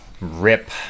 Rip